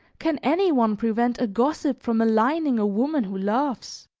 can any one prevent a gossip from maligning a woman who loves?